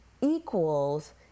equals